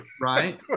right